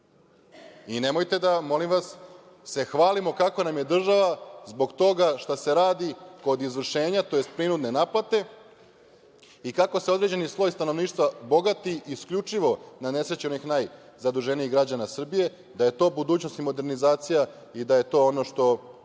oblasti. Nemojte, molim vas da se hvalimo kako nam je država zbog toga šta se radi kod izvršenja, tj. prinudne naplate i kako se određeni sloj stanovništva bogati isključivo na nesreću onih najzaduženijih građana Srbije, da je to budućnost i modernizacija i da je to ono što